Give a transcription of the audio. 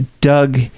doug